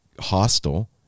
hostile